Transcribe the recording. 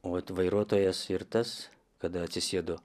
o vat vairuotojas ir tas kada atsisėdo